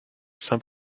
saint